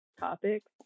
topics